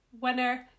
Winner